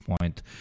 point